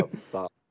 stop